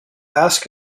ask